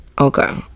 Okay